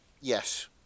Yes